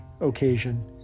occasion